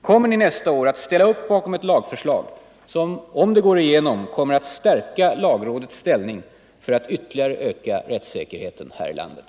Kommer ni nästa år att ställa upp bakom ett lagförslag som — om det går igenom - kommer att stärka lagrådets ställning för att ytterligare öka rättssäkerheten här i landet?